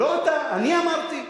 לא אתה, אני אמרתי.